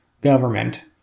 government